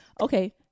Okay